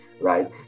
Right